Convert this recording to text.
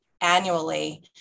annually